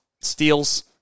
steals